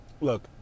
Look